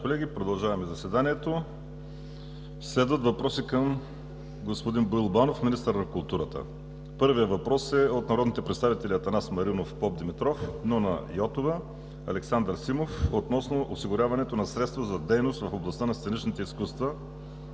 продължаваме заседанието. Следват въпроси към господин Боил Банов – министър на културата. Първият въпрос е от народните представители Анастас Попдимитров, Нона Йотова, Александър Симов относно осигуряването на средства за дейност в областта на сценичните изкуства.